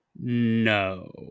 No